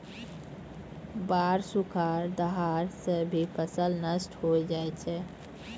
बाढ़, सुखाड़, दहाड़ सें भी फसल नष्ट होय जाय छै